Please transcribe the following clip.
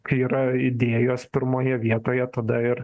kai yra idėjos pirmoje vietoje tada ir